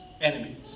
enemies